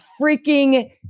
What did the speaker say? freaking